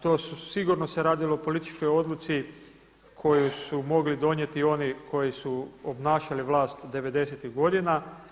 To su, sigurno se radilo o političkoj odluci koju su mogli donijeti oni koji su obnašali vlast devedesetih godina.